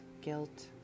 guilt